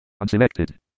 unselected